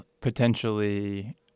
potentially